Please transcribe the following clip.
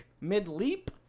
mid-leap